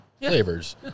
flavors